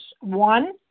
One